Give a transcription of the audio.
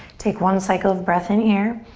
take one cycle of breath in here.